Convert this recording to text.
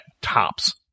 tops